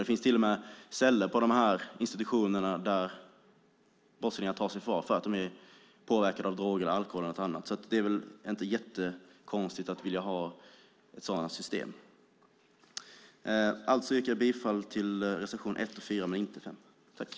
Det finns till och med ställen på de här institutionerna där brottslingarna tas i förvar för att de är påverkade av droger eller alkohol. Det är väl inte jättekonstigt att vilja ha ett sådant system. Jag yrkar alltså bifall till reservation 1 och 4 men inte till reservation 5.